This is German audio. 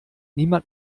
niemand